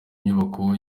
inyubako